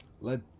Let